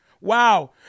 Wow